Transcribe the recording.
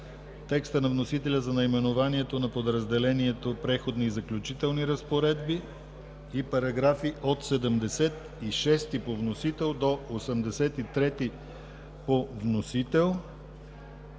текста на вносителя за наименованието на подразделението „Преходни и заключителни разпоредби“ и параграфи от 76 по вносител до 83 по вносител